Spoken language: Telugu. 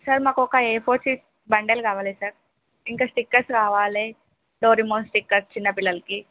సార్ మాకు ఒక ఏ ఫోర్ షీట్ బండెల్ కావాలి సార్ ఇంకా స్టిక్కర్స్ కావాలి డోరేమాన్ స్టిక్కర్స్ చిన్నపిల్లలకి